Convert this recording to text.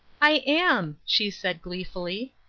i am, she said, gleefully.